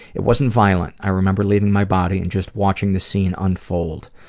it wasn't violent. i remember leaving my body and just watching the scene unfold.